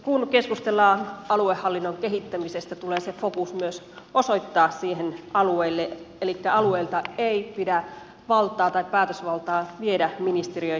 kun keskustellaan aluehallinnon kehittämisestä tulee se fokus myös osoittaa siihen alueelle elikkä alueilta ei pidä päätösvaltaa viedä ministeriöihin päin